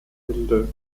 hilde